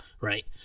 Right